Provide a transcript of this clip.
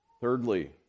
Thirdly